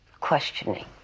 questioning